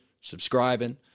subscribing